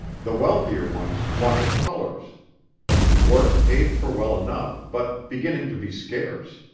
the wealthier ones wanted colors work paid for well enough, but beginning to be scarce